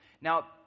Now